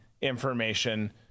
information